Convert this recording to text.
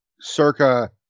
circa